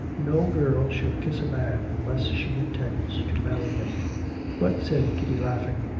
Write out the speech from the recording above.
no girl should kiss a man unless she intends to marry him but, said kitty, laughing,